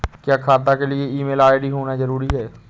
क्या खाता के लिए ईमेल आई.डी होना जरूरी है?